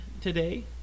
today